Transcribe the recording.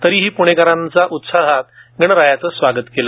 तरीही पुणेकरांनी उत्साहात गणरायाचे स्वागत केले